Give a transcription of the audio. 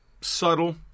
subtle